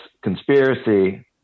conspiracy